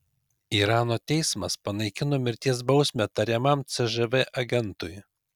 irano teismas panaikino mirties bausmę tariamam cžv agentui